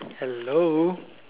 hello